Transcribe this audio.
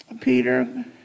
Peter